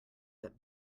that